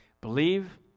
Believe